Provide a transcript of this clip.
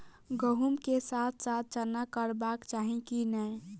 गहुम केँ साथ साथ चना करबाक चाहि की नै?